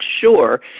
sure